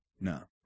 No